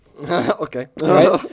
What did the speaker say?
Okay